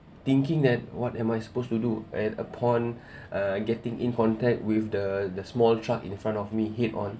thinking that what am I supposed to do and upon uh getting in contact with the the small truck in front of me head on